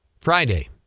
Friday